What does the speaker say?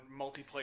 multiplayer